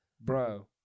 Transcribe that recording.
Bro